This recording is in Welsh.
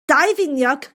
daufiniog